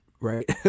right